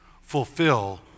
Fulfill